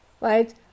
right